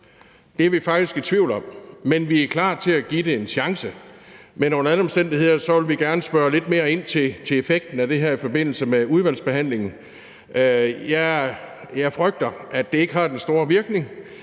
Det er vi faktisk i tvivl om. Men vi er klar til at give det en chance. Under alle omstændigheder vil vi gerne spørge lidt mere ind til effekten af det her i forbindelse med udvalgsbehandlingen. Jeg frygter, at det ikke har den store virkning.